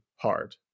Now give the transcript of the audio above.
hard